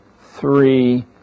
three